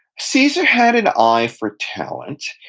caesar had an eye for talent.